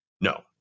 No